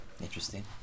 Interesting